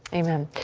amen.